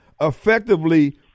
effectively